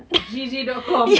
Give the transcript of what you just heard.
G_G dot com